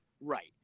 right